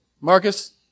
Marcus